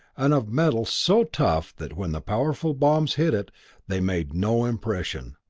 and of metal so tough that when the powerful bombs hit it they made no impression,